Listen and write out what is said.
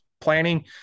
planning